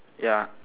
ya